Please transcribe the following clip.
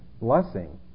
blessing